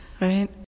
right